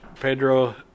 Pedro